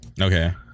Okay